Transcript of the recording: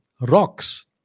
rocks